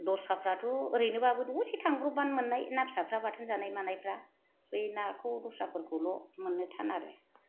दस्राफ्राथ' ओरैनो दसे थांंब्रबबानो मोननाय ना फिसाफ्रा बाथोन जानाय मानायफ्रा बै नाखौ दस्राफोरखौल' मोननो थान आरो